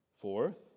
Fourth